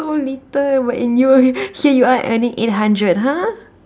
so little but and you here you are earning eight hundred !huh!